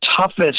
toughest